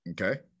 okay